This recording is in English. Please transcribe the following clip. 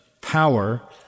power